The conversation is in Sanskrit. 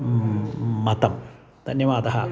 मतं धन्यवादः